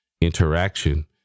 interaction